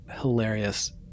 hilarious